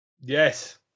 yes